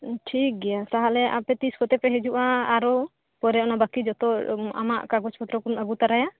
ᱴᱷᱤᱠ ᱜᱮᱭᱟ ᱛᱟᱦᱚᱞᱮ ᱟᱯᱮ ᱛᱤᱥ ᱠᱚᱛᱮ ᱯᱮ ᱦᱤᱡᱩᱜᱼᱟ ᱟᱨᱳ ᱯᱚᱨᱮ ᱚᱱᱟ ᱵᱟᱹᱠᱤ ᱡᱚᱛᱚ ᱟᱢᱟᱜ ᱠᱟᱜᱚᱡᱽ ᱯᱚᱴᱨᱚ ᱠᱚᱢ ᱟᱹᱜᱩ ᱛᱟᱨᱟᱭᱟ